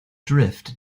drift